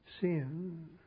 sin